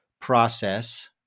process